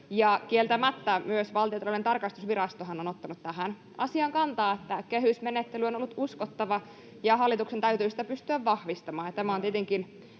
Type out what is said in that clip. kieltämättä myös Valtiontalouden tarkastusvirastohan on ottanut tähän asiaan kantaa, että kehysmenettely on ollut uskottava ja hallituksen täytyy sitä pystyä vahvistamaan,